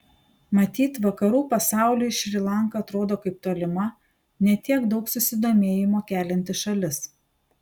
matyt vakarų pasauliui šri lanka atrodo kaip tolima ne tiek daug susidomėjimo kelianti šalis